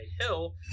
hill